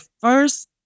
first